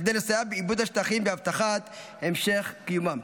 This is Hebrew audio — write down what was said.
כדי לסייע בעיבוד השטחים והבטחת המשך קיומם.